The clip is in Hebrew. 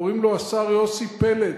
קוראים לו השר יוסי פלד,